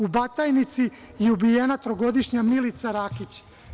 U Batajnici je ubijena trogodišnja Milica Rakić.